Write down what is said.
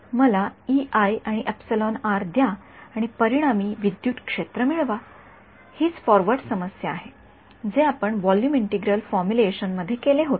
मला व द्या आणि परिणामी सर्वत्र विद्युत क्षेत्र मिळवा हीच फॉरवर्ड समस्या आहे जे आपण व्हॉल्यूम इंटिग्रल फॉर्म्युलेशन मध्ये केले होते